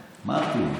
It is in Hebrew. נפשות.